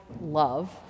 love